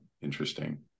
interesting